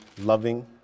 loving